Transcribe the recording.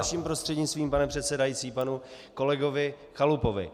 Vaším prostřednictvím, pane předsedající, panu kolegovi Chalupovi.